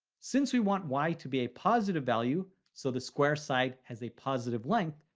since we want y to be a positive value, so the square side has a positive length,